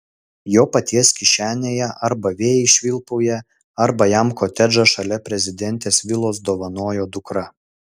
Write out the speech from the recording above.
jo paties kišenėje arba vėjai švilpauja arba jam kotedžą šalia prezidentės vilos dovanojo dukra